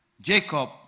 Jacob